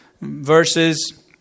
verses